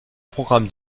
programmes